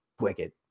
wicked